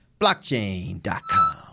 Blockchain.com